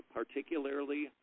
particularly